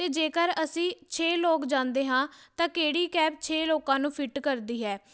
ਅਤੇ ਜੇਕਰ ਅਸੀਂ ਛੇ ਲੋਕ ਜਾਂਦੇ ਹਾਂ ਤਾਂ ਕਿਹੜੀ ਕੈਬ ਛੇ ਲੋਕਾਂ ਨੂੰ ਫਿੱਟ ਕਰਦੀ ਹੈ